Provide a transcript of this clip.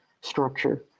structure